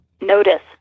notice